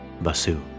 Basu